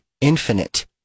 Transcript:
infinite